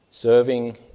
Serving